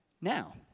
Now